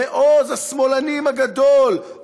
מעוז השמאלנים הגדול,